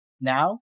now